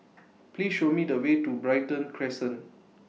Please Show Me The Way to Brighton Crescent